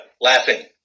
Laughing